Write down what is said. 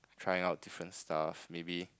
trying out different stuff maybe